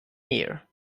year